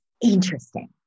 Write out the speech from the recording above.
interesting